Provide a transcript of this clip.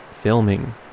filming